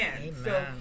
Amen